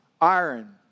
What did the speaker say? iron